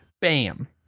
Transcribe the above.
Bam